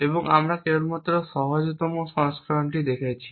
এবং আমরা কেবলমাত্র সহজতম সংস্করণটি দেখছি